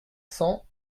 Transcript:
cents